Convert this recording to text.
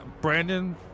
Brandon